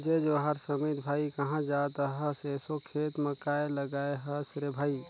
जय जोहार समीत भाई, काँहा जात अहस एसो खेत म काय लगाय हस रे भई?